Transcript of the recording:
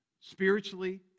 spiritually